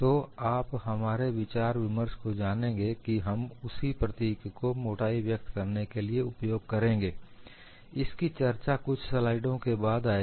तो आप हमारे विचार विमर्श को जानेंगे कि हम उसी प्रतीक को मोटाई व्यक्त करने के लिए उपयोग करेंगे इसकी चर्चा कुछ स्लाइड के बाद आएगी